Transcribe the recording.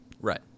Right